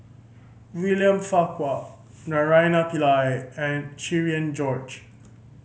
William Farquhar Naraina Pillai and Cherian George